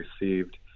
received